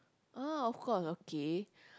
oh of course okay